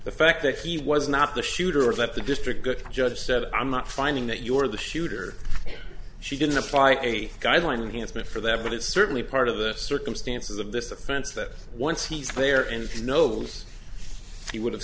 the fact that he was not the shooter or that the district good judge said i'm not finding that you're the shooter she didn't apply a guideline against me for that but it's certainly part of the circumstances of this offense that once he's there and he knows he would have